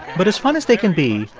but as fun as they can be,